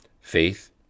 faith